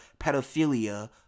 pedophilia